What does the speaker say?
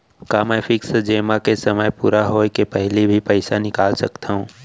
का मैं फिक्स जेमा के समय पूरा होय के पहिली भी पइसा निकाल सकथव?